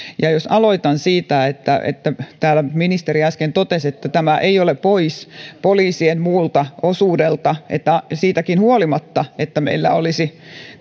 aloitan siitä että että täällä ministeri äsken totesi että tämä ei ole pois poliisien muulta osuudelta että siitäkin huolimatta että meillä